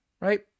right